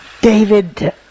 David